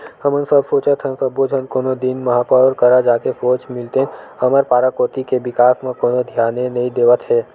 हमन सब सोचत हन सब्बो झन कोनो दिन महापौर करा जाके सोझ मिलतेन हमर पारा कोती के बिकास म कोनो धियाने नइ देवत हे